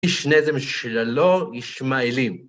איש נזם שללא, עישמאלים.